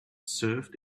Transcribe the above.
served